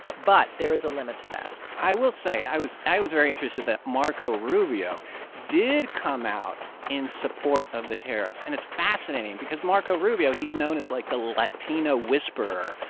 but there is a limit to that i will say i was i very interested that marco rubio did come out in support of the tariffs. and it's fascinating because marco rubio, he's known as, like, the latino whisperer.